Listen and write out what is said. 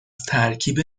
ترکیب